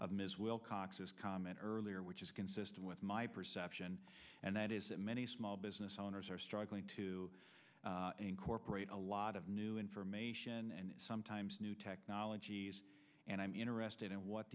ms wilcox's comment earlier which is consistent with my perception and that is that many small business owners are struggling to incorporate a lot of new information and sometimes new technologies and i'm interested in what